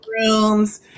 rooms